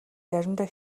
заримдаа